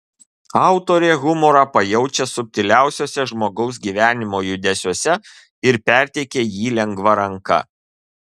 autorė humorą pajaučia subtiliausiuose žmogaus gyvenimo judesiuose ir perteikia jį lengva ranka